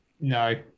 No